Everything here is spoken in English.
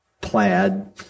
plaid